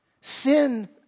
Sin